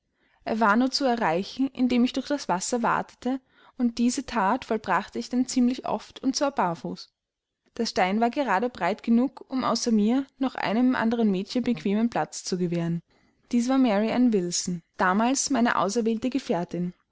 er war nur zu erreichen indem ich durch das wasser watete und diese that vollbrachte ich denn ziemlich oft und zwar barfuß der stein war gerade breit genug um außer mir noch einem anderen mädchen bequemen platz zu gewähren dies war mary ann wilson damals meine auserwählte gefährtin